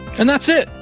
and that's it.